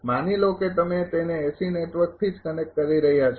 માની લો કે તમે તેને AC નેટવર્કથી જ કનેક્ટ કરી રહ્યાં છો